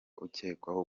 ucyekwaho